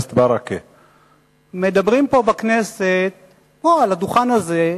פה, על הדוכן הזה,